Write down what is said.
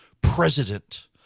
president